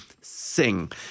sing